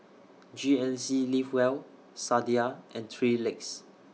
G N C Live Well Sadia and three Legs